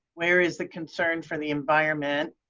where is the concern for the environment?